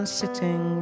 sitting